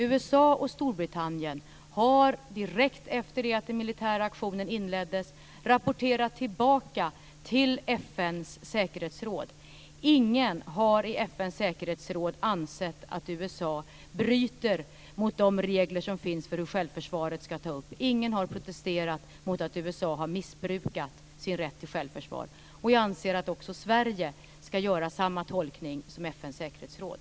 USA och Storbritannien har direkt efter det att den militära aktionen inleddes rapporterat tillbaka till FN:s säkerhetsråd. Ingen i FN:s säkerhetsråd har ansett att USA bryter mot de regler som finns för hur självförsvaret ska se ut. Ingen har protesterat mot att USA har missbrukat sin rätt till självförsvar. Jag anser att också Sverige ska göra samma tolkning som FN:s säkerhetsråd.